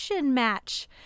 match